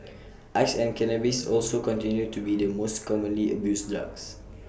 ice and cannabis also continue to be the most commonly abused drugs